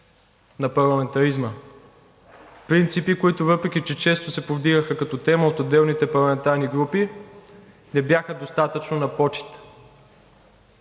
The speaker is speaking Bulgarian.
на парламентаризма. Принципи, които, въпреки че често се повдигаха като тема от отделните парламентарни групи, не бяха достатъчно на почит.